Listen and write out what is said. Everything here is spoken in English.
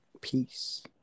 Peace